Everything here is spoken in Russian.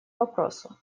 вопросу